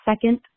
second